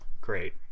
Great